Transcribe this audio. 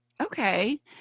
Okay